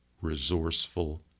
resourceful